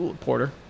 Porter